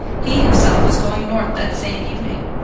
he himself was going north that same evening.